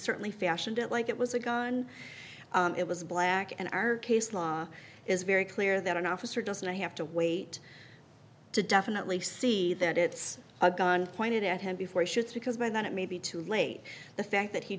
certainly fashioned it like it was a gun it was black and our case law is very clear that an officer doesn't have to wait to definitely see that it's a gun pointed at him before he shoots because by then it may be too late the fact that he